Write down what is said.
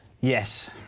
Yes